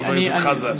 חבר הכנסת חזן.